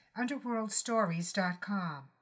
underworldstories.com